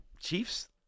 Chiefs